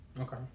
Okay